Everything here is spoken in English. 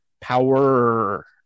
Power